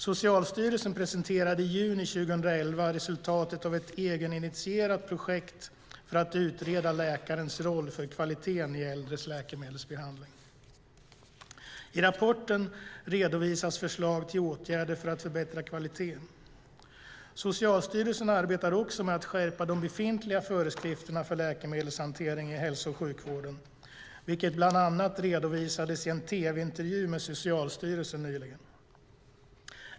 Socialstyrelsen presenterade i juni 2011 resultatet av ett egeninitierat projekt för att utreda läkarens roll för kvaliteten i äldres läkemedelsbehandling. I rapporten redovisas förslag till åtgärder för att förbättra kvaliteten. Socialstyrelsen arbetar också med att skärpa de befintliga föreskrifterna för läkemedelshantering i hälso och sjukvården, vilket bland annat redovisades i en tv-intervju med företrädare för Socialstyrelsen nyligen.